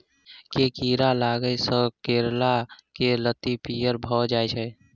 केँ कीड़ा लागै सऽ करैला केँ लत्ती पीयर भऽ जाय छै?